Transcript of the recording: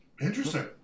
Interesting